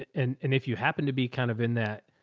and and if you happen to be kind of in that.